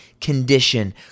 condition